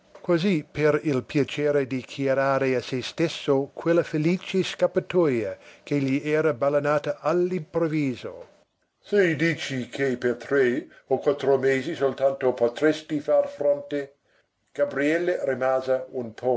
quasi per il piacere di chiarire a se stesso quella felice scappatoja che gli era balenata all'improvviso se dici che per tre o quattro mesi soltanto potresti far fronte gabriele rimase